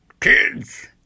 kids